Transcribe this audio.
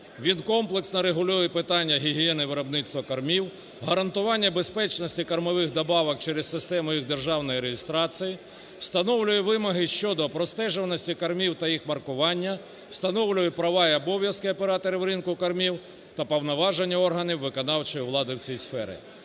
він комплексно регулює питання гігієни виробництва кормів, гарантування безпечності кормових добавок через систему їх державної реєстрації, встановлює вимоги щодо простежуваності кормів та їх маркування, встановлює права і обов'язки операторів ринку кормів та повноваження органів виконавчої влади в цій сфері.